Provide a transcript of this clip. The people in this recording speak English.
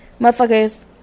Motherfuckers